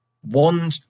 one